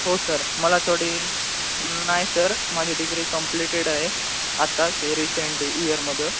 हो सर मला थोडी नाही सर माझी डिग्री कंप्लीटेड आहे आताच हे रिसेंट इयरमधून